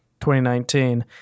2019